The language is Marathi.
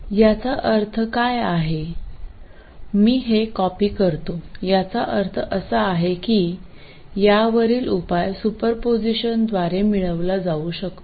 याचा अर्थ काय आहे मी हे कॉपी करतो याचा अर्थ असा आहे की यावरील उपाय सुपरपोजिशनद्वारे मिळविला जाऊ शकतो